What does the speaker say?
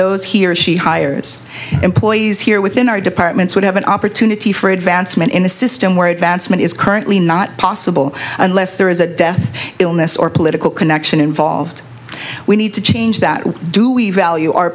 those he or she hires employees here within our departments would have an opportunity for advancement in a system where advancement is currently not possible unless there is a death illness or political connection involved we need to change that do we value